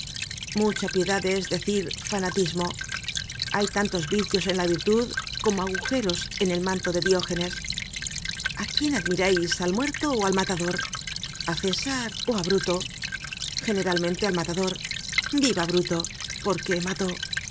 mucha piedad es decir fanatismo hay tantos vicios en la virtud como agujeros en el manto de diógenes a quién admirais al muerto ó al matador a césar óá bruto generalmente al matador viva bruto porque mató